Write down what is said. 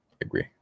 agree